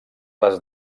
les